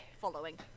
following